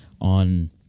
on